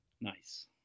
nice